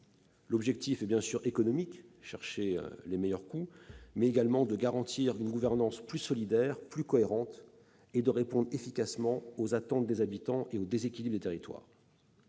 L'objectif est bien sûr économique- obtenir les meilleurs coûts -, mais il s'agit également de garantir une gouvernance plus solidaire et plus cohérente et de répondre efficacement aux attentes des habitants et aux déséquilibres des territoires.